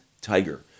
Tiger